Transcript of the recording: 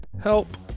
help